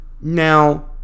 now